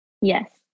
Yes